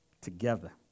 together